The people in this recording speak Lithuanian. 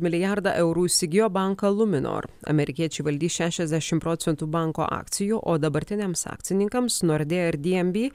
milijardą eurų įsigijo banką luminor amerikiečiai valdys šešiasdešim procentų banko akcijų o dabartiniams akcininkams nordea ir dnb